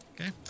Okay